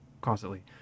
constantly